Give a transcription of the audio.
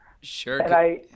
Sure